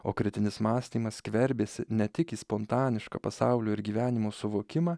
o kritinis mąstymas skverbėsi ne tik į spontanišką pasaulio ir gyvenimo suvokimą